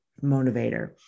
motivator